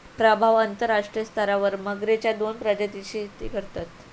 प्रभाव अंतरराष्ट्रीय स्तरावर मगरेच्या दोन प्रजातींची शेती करतत